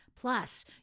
Plus